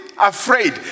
afraid